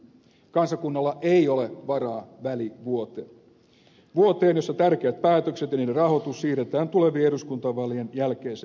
kansakunnalla ei ole varaa välivuoteen vuoteen jolloin tärkeät päätökset ja niiden rahoitus siirretään tulevien eduskuntavaalien jälkeiseen aikaan